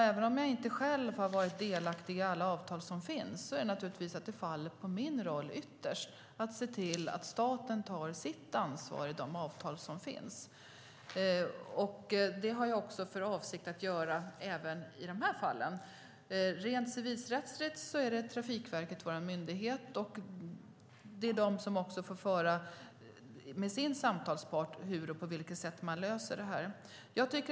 Även om jag inte själv har varit delaktig i alla avtal som finns faller det naturligtvis ytterst på min roll att se till att staten tar sitt ansvar i de avtal som finns. Det har jag för avsikt att göra även i de här fallen. Rent civilrättsligt är Trafikverket vår myndighet, och det är de som får se på vilket sätt man löser det med sin samtalspart.